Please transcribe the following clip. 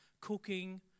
cooking